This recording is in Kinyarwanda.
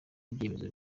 bimenyetso